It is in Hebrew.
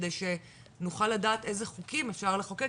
כדי שנוכל לדעת איזה חוקים אפשר לחוקק,